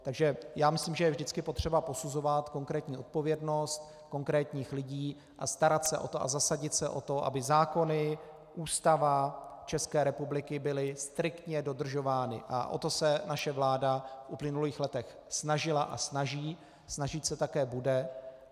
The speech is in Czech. Takže myslím, že je vždycky potřeba posuzovat konkrétní odpovědnost konkrétních lidí a starat se a zasadit se o to, aby zákony a Ústava České republiky byly striktně dodržovány, a o to se naše vláda v uplynulých letech snažila a snaží a snažit se také bude.